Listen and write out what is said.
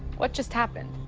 what just happened?